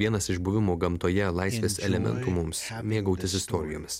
vienas iš buvimo gamtoje laisvės elementų mums mėgautis istorijomis